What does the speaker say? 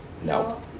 No